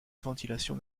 ventilation